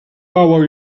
borrow